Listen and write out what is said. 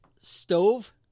stove